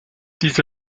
diese